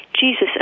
Jesus